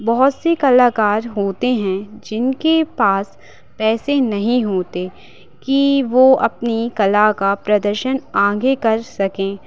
बहुत से कलाकार होते हैं जिनके पास पैसे नहीं होते कि वो अपनी कला का प्रदर्शन आगे कर सकें